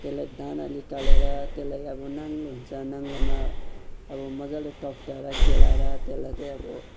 त्यसलाई दाना निकालेर त्यसलाई अब नाङ्ग्लो हुन्छ नाङ्ग्लोमा अब मजाले टकटक्याएर केलाएर त्यसलाई चाहिँ अब